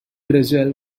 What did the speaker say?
drizzle